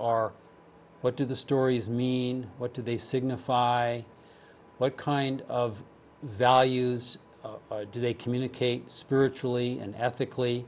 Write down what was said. what do the stories mean what do they signify what kind of values do they communicate spiritually and ethically